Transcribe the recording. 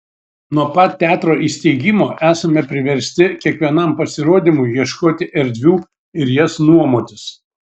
nuo pat teatro įsteigimo esame priversti kiekvienam pasirodymui ieškoti erdvių ir jas nuomotis